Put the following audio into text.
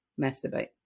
masturbate